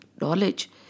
knowledge